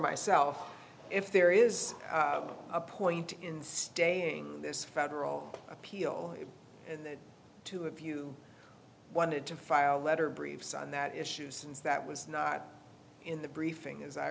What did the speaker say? myself if there is a point in staying on this federal appeal and the two of you wanted to file letter briefs on that issue since that was not in the briefing as i